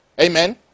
Amen